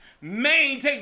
Maintain